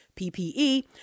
PPE